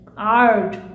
art